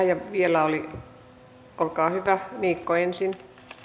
ja vielä oli olkaa hyvä niikko ensin